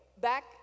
back